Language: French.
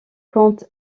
compte